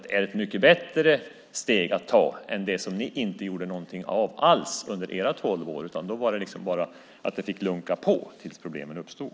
Det är mycket bättre jämfört med att ni inte gjorde någonting alls under era tolv år. Då fick det bara lunka på tills problemen uppstod.